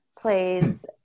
plays